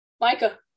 Micah